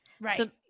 Right